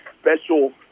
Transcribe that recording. special